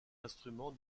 instrument